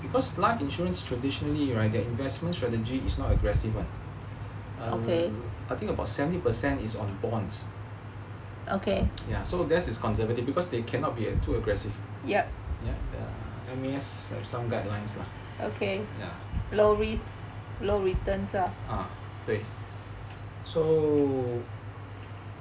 because life insurance traditionally right their investment strategy is not aggressive [one] I think about seventy percent is on bonds okay ya so theirs is conservative because they cannot be too aggressive M_B_S has some guidelines lah so